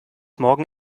morgen